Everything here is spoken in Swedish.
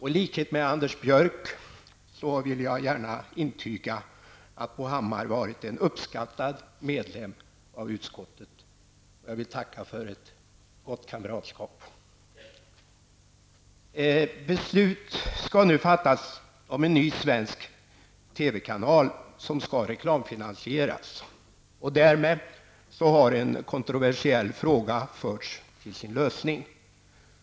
I likhet med Anders Björck vill jag gärna intyga att Bo Hammar varit en uppskattad medlem av utskottet. Jag vill tacka för ett gott kamratskap. Beslut skall nu fattas om en ny svensk TV-kanal, som skall reklamfinansieras, och därmed har en kontroversiell fråga förts till sin lösning.